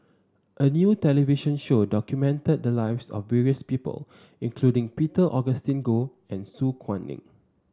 a new television show documented the lives of various people including Peter Augustine Goh and Su Guaning